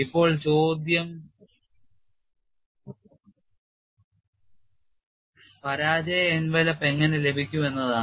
ഇപ്പോൾ ചോദ്യം പരാജയ എൻവലപ്പ് എങ്ങനെ ലഭിക്കും എന്നതാണ്